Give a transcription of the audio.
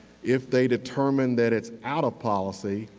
if they determine that it's out of policy,